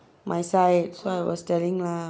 my side so I was telling lah